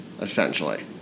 essentially